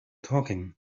talking